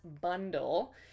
bundle